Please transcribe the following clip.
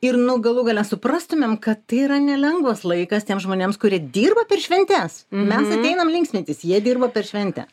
ir nu galų gale suprastumėm kad tai yra nelengvas laikas tiems žmonėms kurie dirba per šventes mes ateinam linksmintis jie dirba per šventę